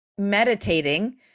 meditating